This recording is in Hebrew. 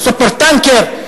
"סופר טנקר",